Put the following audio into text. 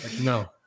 No